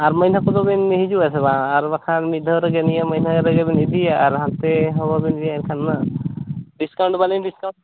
ᱟᱨ ᱢᱟᱹᱱᱦᱟᱹ ᱠᱚᱫᱚ ᱵᱤᱱ ᱦᱤᱡᱩᱜ ᱟᱥᱮ ᱵᱟᱝ ᱟᱨ ᱵᱟᱠᱷᱟᱱ ᱢᱤᱫ ᱫᱷᱟᱣ ᱨᱮᱜᱮ ᱱᱤᱭᱟᱹ ᱢᱟᱹᱱᱦᱟᱹ ᱨᱮᱜᱮ ᱵᱤᱱ ᱤᱫᱤᱭᱟ ᱟᱨ ᱦᱟᱱᱛᱮ ᱦᱚᱸ ᱵᱟᱵᱮᱱ ᱤᱫᱤᱭᱟ ᱮᱱᱠᱷᱟᱱ ᱢᱟ ᱰᱤᱥᱠᱟᱭᱩᱱᱴ ᱵᱟᱹᱞᱤᱧ ᱰᱤᱥᱠᱟᱭᱩᱱᱴᱟ